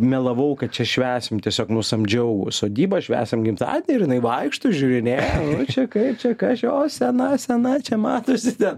melavau kad čia švęsim tiesiog nusamdžiau sodybą švęsim gimtadienį ir jinai vaikšto žiūrinėja čia kaip čia kas čia o sena sena čia matosi ten